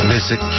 Visit